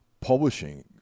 publishing